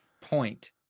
point